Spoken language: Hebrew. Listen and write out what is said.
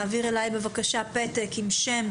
להעביר אלי בבקשה פתר עם שם,